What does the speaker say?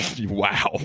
Wow